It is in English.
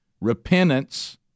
Repentance